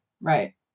right